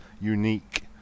unique